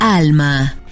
Alma